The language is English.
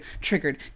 triggered